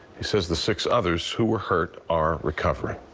he says the six others who were hurt are recovering.